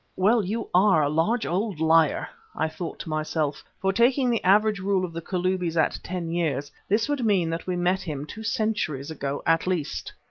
well, you are a large old liar, i thought to myself, for, taking the average rule of the kalubis at ten years, this would mean that we met him two centuries ago at least.